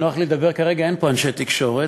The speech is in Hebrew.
נוח לי לדבר כרגע, אין פה אנשי תקשורת,